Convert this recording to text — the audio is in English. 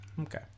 Okay